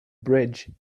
bridge